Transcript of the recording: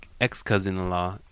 ex-cousin-in-law